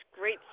great